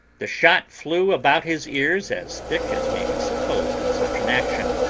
the shot flew about his ears as thick as may be supposed in such an action,